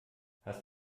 hast